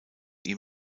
ihm